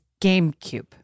GameCube